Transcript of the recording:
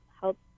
help